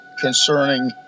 concerning